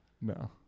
No